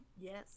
yes